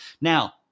Now